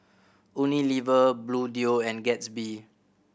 Unilever Bluedio and Gatsby